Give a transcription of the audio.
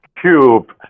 cube